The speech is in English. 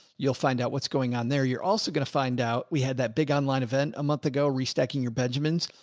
you'll find out what's going on there. you're also going to find out we had that big online event a month ago, restacking your benjamins.